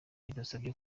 bidasabye